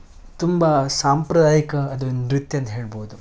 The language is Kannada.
ತುಂಬ ಸಾಂಪ್ರದಾಯಿಕ ಅದು ನೃತ್ಯ ಅಂತ ಹೇಳ್ಬೋದು